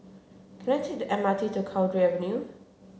can I take the M R T to Cowdray Avenue